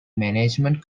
management